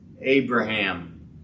Abraham